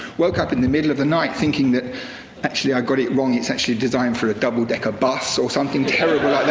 woke up in the middle of the night thinking that actually, i got it wrong, it's actually designed for a double-decker bus, or something terrible like ah that.